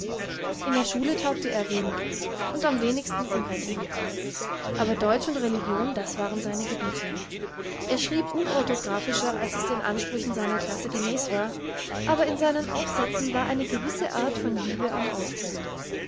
in der schule taugte er wenig und am wenigsten im rechnen aber deutsch und religion das waren seine gebiete er schrieb unorthographischer als es den ansprüchen seiner klasse gemäß war aber in seinen aufsätzen war eine gewisse art von liebe am ausdruck